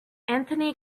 anthony